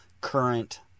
current